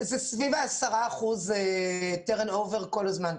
זה סביב ה-10 אחוזים כל הזמן.